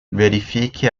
verifique